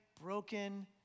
broken